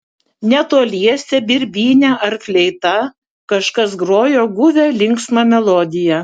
netoliese birbyne ar fleita kažkas grojo guvią linksmą melodiją